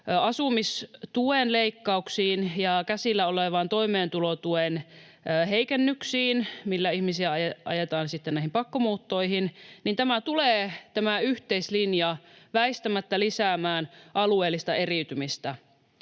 asumistuen leikkauksiin ja käsillä olevaan toimeentulotuen heikennykseen, millä ihmisiä ajetaan sitten näihin pakkomuuttoihin, niin tämä yhteislinja tulee väistämättä lisäämään alueellista eriytymistä.